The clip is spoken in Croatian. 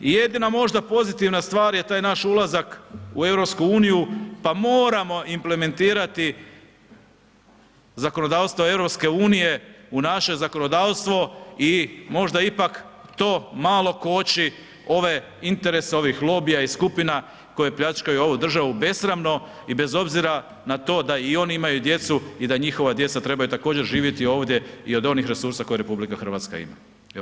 I jedina možda pozitivna stvar je taj naš ulazak u EU pa moramo implementirati zakonodavstvo EU u naše zakonodavstvo i možda ipak to malo koči ove interese ovih lobija i skupina koje pljačkaju ovu državu besramno i bez obzira na to da i oni imaju djecu i da njihova djeca trebaju također živjeti ovdje i od onih resursa koje RH ima.